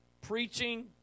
preaching